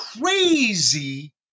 crazy